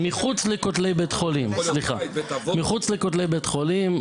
מחוץ לכותלי בית החולים,